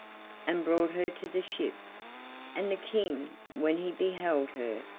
and brought her to the ship and the king, when he beheld her,